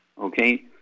Okay